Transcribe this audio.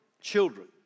children